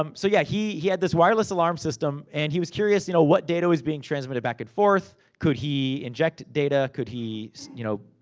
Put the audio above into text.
um so yeah, he he had this wireless alarm system, and he was curious, you know what data was being transmitted back and forth. could he inject data, could he you know